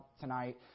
tonight